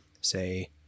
say